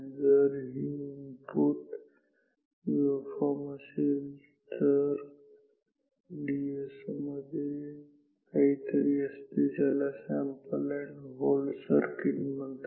जर हि input waveform असेल तर डी एस ओ मध्ये काहीतरी असते ज्याला सॅम्पल अँड होल्ड सर्किट म्हणतात